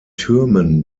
türmen